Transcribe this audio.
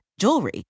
jewelry